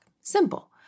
Simple